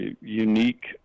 unique